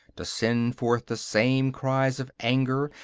to send forth the same cries of anger,